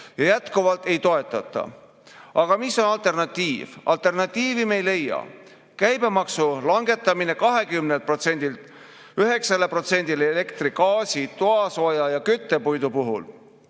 seda jätkuvalt ei toetata. Aga mis on alternatiiv? Alternatiivi me ei leia. Käibemaksu langetamine 20%‑lt 9%‑le elektri, gaasi, toasooja ja küttepuidu puhul